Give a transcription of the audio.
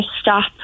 stop